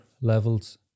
levels